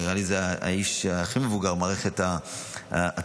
נראה לי שזה האיש הכי מבוגר במערכת הציבורית,